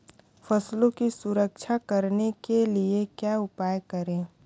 फसलों की सुरक्षा करने के लिए क्या उपाय करें?